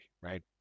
right